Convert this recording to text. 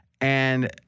And-